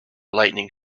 lightning